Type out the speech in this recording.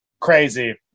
crazy